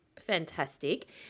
fantastic